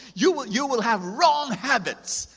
you will you will have wrong habits,